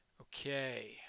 Okay